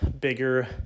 bigger